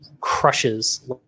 crushes